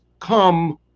come